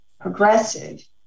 progressive